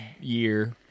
year